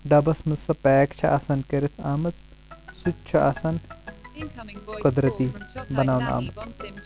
ڈبس منٛز سۄ پیک چھِ آسان کٔرتھ آمٕژ سُہ تہِ چھِ آسان قۄدرٔتی بناونہٕ آمُت